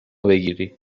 بگیری